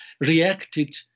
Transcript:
reacted